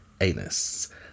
anus